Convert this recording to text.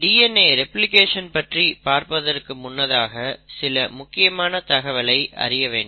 DNA replication பற்றி பார்ப்பதற்கு முன்னதாக சில முக்கியமான தகவலை அறிய வேண்டும்